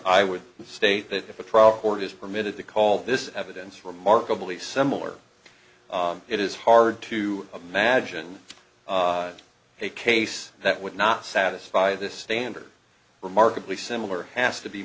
i would state that if a trial court is permitted to call this evidence remarkably similar it is hard to imagine a case that would not satisfy this standard remarkably similar has to be